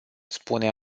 spune